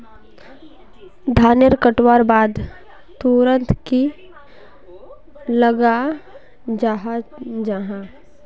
धानेर कटवार बाद तुरंत की लगा जाहा जाहा?